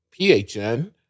PHN